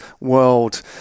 world